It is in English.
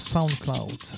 Soundcloud